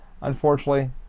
unfortunately